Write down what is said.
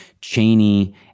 Cheney